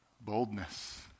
Boldness